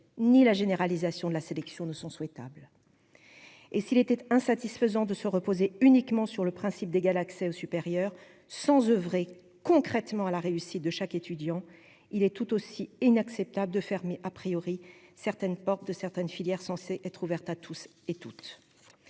ni la généralisation de la sélection ne sont souhaitables et s'il était insatisfaisant de se reposer uniquement sur le principe d'égal accès au supérieur sans oeuvrer concrètement à la réussite de chaque étudiant, il est tout aussi inacceptable de fermer a priori certaines portes de certaines filières, censé être ouverte à tous et toutes,